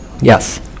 Yes